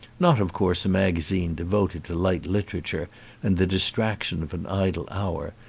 not of course a magazine devoted to light literature and the distraction of an idle hour,